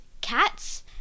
cats